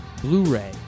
Blu-ray